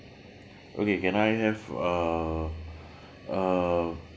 okay can I have uh uh